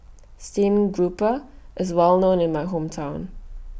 Steamed Grouper IS Well known in My Hometown